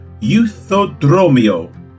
euthodromio